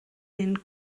ein